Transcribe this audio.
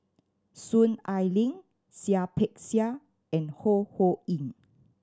Soon Ai Ling Seah Peck Seah and Ho Ho Ying